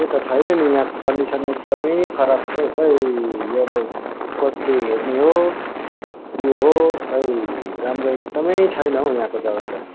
त्यही त छैन नि यहाँको कन्डिसन एकदमै खराब छ है अब कसले हेर्ने हो के हो खै राम्रो एकदमै छैन हौ यहाँको जग्गा त